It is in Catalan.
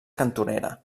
cantonera